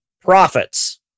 Profits